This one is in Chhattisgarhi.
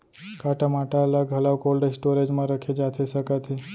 का टमाटर ला घलव कोल्ड स्टोरेज मा रखे जाथे सकत हे?